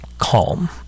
calm